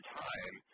time